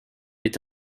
est